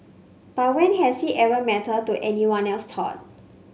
but when has it ever mattered to anyone else thought